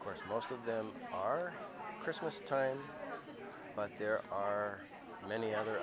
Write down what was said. one course most of them are christmas time but there are many other